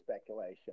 speculation